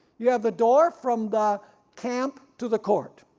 you have the door from the camp to the court,